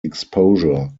exposure